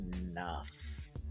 enough